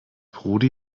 prodi